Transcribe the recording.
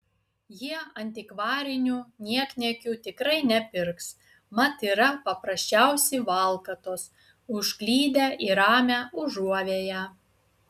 jie antikvarinių niekniekių tikrai nepirks mat yra paprasčiausi valkatos užklydę į ramią užuovėją